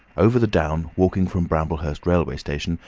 over the down, walking from bramblehurst railway station,